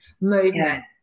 movement